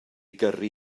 gyrru